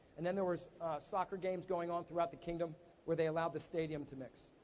and then there was soccer games going on throughout the kingdom where they allowed the stadium to mix.